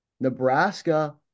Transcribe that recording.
Nebraska